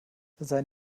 sein